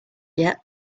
yet